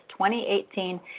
2018